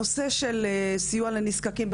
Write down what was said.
הנושא של סיוע לנזקקים,